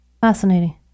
Fascinating